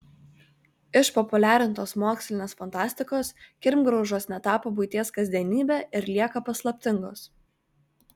išpopuliarintos mokslinės fantastikos kirmgraužos netapo buities kasdienybe ir lieka paslaptingos